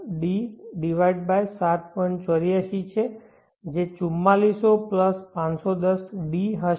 84 છે જે 4400510d હશે